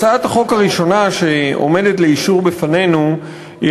הצעת החוק הראשונה שעומדת לאישור בפנינו היא